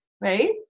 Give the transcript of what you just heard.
right